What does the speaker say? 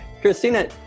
Christina